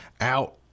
out